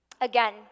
Again